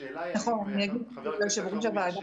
השאלה היא, חבר הכנסת אלחרומי --- נכון.